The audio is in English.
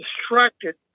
distracted